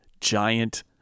giant